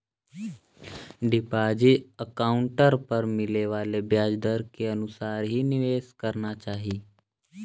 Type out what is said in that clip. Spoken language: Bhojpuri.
डिपाजिट अकाउंट पर मिले वाले ब्याज दर के अनुसार ही निवेश करना चाही